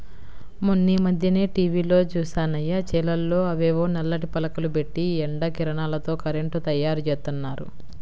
మొన్నీమధ్యనే టీవీలో జూశానయ్య, చేలల్లో అవేవో నల్లటి పలకలు బెట్టి ఎండ కిరణాలతో కరెంటు తయ్యారుజేత్తన్నారు